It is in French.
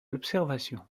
l’observation